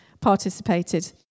participated